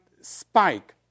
spike